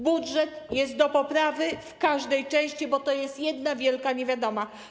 Budżet jest do poprawy w każdej części, bo to jest jedna wielka niewiadoma.